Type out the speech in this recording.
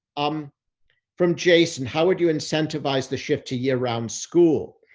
um from jason, how would you incentivize the shift to year-round school?